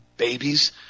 babies